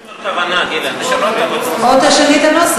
לא משנים את הכוונה,